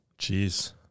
Jeez